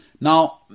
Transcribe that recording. now